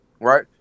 right